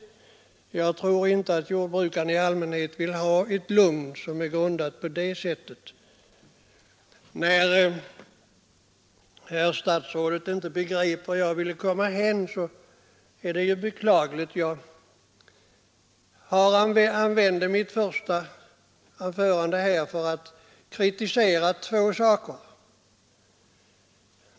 Jag tror inte att jordbrukaren i allmänhet vill ha ett lugn som är grundat på det sättet. När herr statsrådet inte begrep vart jag ville hän, är det beklagligt. Jag använde mitt första anförande här till att kritisera två saker.